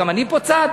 גם אני פה צד?